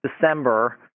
December